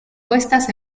puestas